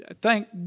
thank